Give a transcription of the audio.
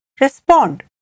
Respond